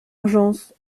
urgence